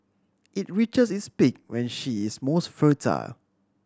it reaches its peak when she is most fertile